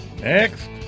next